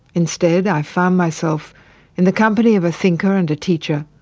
instead i found myself in the company of a thinker and a teacher,